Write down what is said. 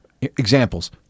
examples